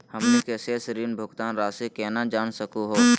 हमनी के शेष ऋण भुगतान रासी केना जान सकू हो?